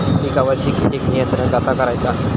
पिकावरची किडीक नियंत्रण कसा करायचा?